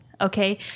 okay